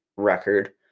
record